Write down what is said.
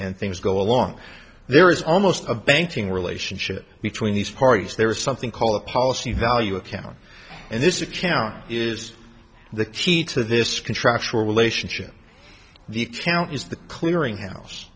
and things go along there is almost a banking relationship between these parties there is something called a policy value account and this account is the key to this contractual relationship the count is the clearinghouse